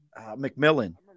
McMillan